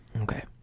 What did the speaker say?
Okay